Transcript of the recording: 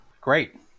Great